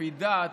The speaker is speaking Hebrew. לפי דת,